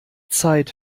zeit